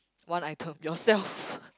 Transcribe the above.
one item yourself